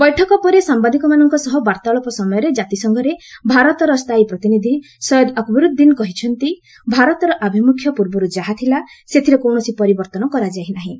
ବୈଠକ ପରେ ସାମ୍ଭାଦିକମାନଙ୍କ ସହ ବାର୍ତ୍ତାଳାପ ସମୟରେ ଜାତିସଂଘରେ ଭାରତର ସ୍ଥାୟୀ ପ୍ରତିନିଧି ସୟଦ୍ ଆକବରୁଦ୍ଦିନ୍ କହିଛନ୍ତି ଭାରତର ଆଭିମୁଖ୍ୟ ପୂର୍ବରୁ ଯାହା ଥିଲା ସେଥିରେ କୌଣସି ପରିବର୍ତ୍ତନ କରାଯାଇ ନାହିଁ